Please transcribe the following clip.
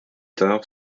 tard